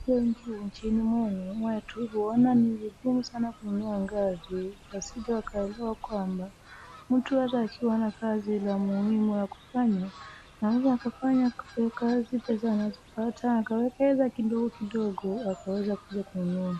Wengi wa nchini mwenu, mwetu huona ni vigumu sana kununua gari. Wasije wakaelewa kwamba, mtu ata akiwa na kazi la muhimu ya kufanya, anaweza akafanya kazi pesa anazopata akawekeza kidogo kidogo, akaweza kuja kununua.